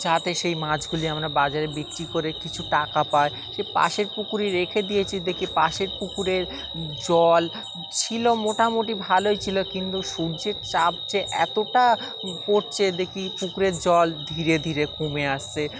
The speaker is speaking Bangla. যাতে সেই মাছগুলি আমরা বাজারে বিক্রি করে কিছু টাকা পাই সেই পাশের পুকুরে রেখে দিয়েছি দেখি পাশের পুকুরের জল ছিল মোটামুটি ভালোই ছিল কিন্তু সূর্যের তাপ যে এতটা পড়ছে দেখি পুকুরের জল ধীরে ধীরে কমে আসছে